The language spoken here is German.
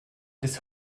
bis